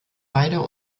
beider